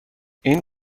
این